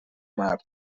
مرج